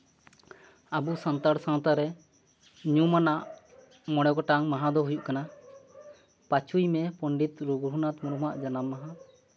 ᱟᱵᱚ ᱥᱟᱱᱛᱟᱲ ᱥᱟᱶᱛᱟᱨᱮ ᱧᱩᱢ ᱟᱱᱟᱜ ᱢᱚᱬᱮ ᱜᱚᱴᱟᱝ ᱢᱟᱦᱟ ᱫᱚ ᱦᱩᱭᱩᱜ ᱠᱟᱱᱟ ᱯᱟᱸᱪᱚᱭ ᱢᱮ ᱯᱚᱱᱰᱤᱛ ᱨᱚᱜᱷᱩᱱᱟᱛ ᱢᱩᱨᱢᱩ ᱟᱜ ᱡᱟᱱᱟᱢ ᱢᱟᱦᱟ